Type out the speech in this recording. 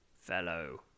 fellow